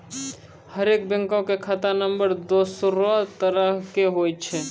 हरेक बैंको के खाता नम्बर दोसरो तरह के होय छै